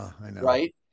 right